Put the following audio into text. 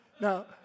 Now